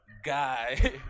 Guy